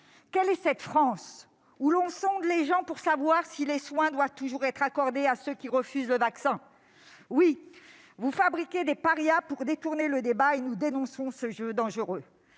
Quelle est cette France où l'on sonde les gens pour savoir si les soins doivent toujours être accordés à ceux qui refusent le vaccin ? Vous fabriquez des parias pour détourner le débat. Nous dénonçons ce jeu dangereux